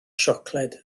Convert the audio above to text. siocled